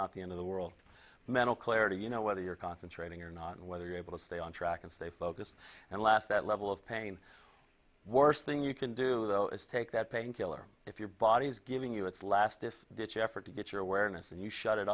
not the end of the world mental clarity you know whether you're concentrating or not whether you're able to stay on track and stay focused and last that level of pain worst thing you can do is take that painkiller if your body's giving you its last this ditch effort to get your awareness and you shut it